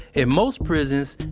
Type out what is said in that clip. in most prisons,